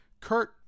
Kurt